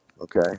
Okay